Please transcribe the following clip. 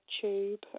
tube